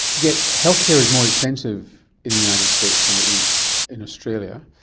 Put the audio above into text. yet healthcare is more expensive in the united states than it is in australia.